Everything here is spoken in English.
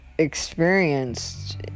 experienced